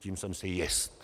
Tím jsem si jist.